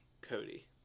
Cody